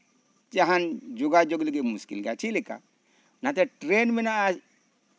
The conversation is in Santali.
ᱡᱟᱦᱟᱱ ᱡᱳᱜᱟᱡᱳᱜᱽ ᱞᱟᱹᱜᱤᱫ ᱢᱩᱥᱠᱤᱞ ᱜᱮᱭᱟ ᱪᱮᱫ ᱞᱮᱠᱟ ᱱᱟᱛᱮ ᱴᱮᱨᱮᱱ ᱢᱮᱱᱟᱜᱼᱟ